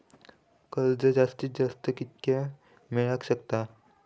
कर्ज जास्तीत जास्त कितक्या मेळाक शकता?